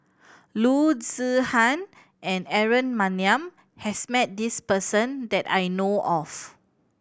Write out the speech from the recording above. Loo Zihan and Aaron Maniam has met this person that I know of